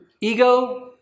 ego